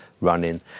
Running